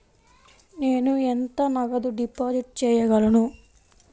నేను ఎంత నగదు డిపాజిట్ చేయగలను?